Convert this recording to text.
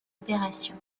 opération